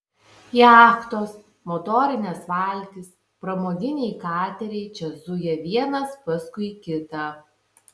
jachtos motorinės valtys pramoginiai kateriai čia zuja vienas paskui kitą